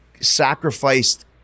sacrificed